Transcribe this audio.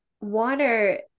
Water